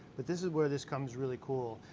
but this is where this becomes really cool,